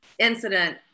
Incident